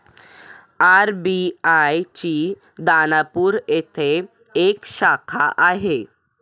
RBI ची दानापूर येथे एक शाखा आहे